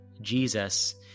Jesus